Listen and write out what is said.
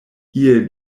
iel